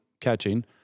catching